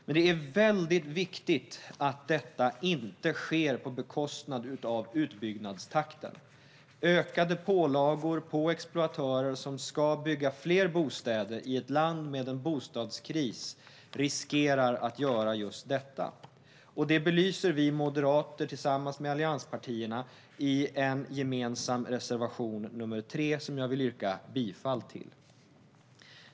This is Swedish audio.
Men det är väldigt viktigt att detta inte sker på bekostnad av utbyggnadstakten. Ökade pålagor på exploatörer som ska bygga fler bostäder i ett land med en bostadskris riskerar att göra just detta. Det belyser vi moderater tillsammans med allianspartierna i vår gemensamma reservation nr 3, som jag vill yrka bifall till.